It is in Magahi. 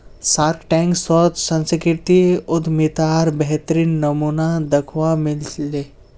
शार्कटैंक शोत सांस्कृतिक उद्यमितार बेहतरीन नमूना दखवा मिल ले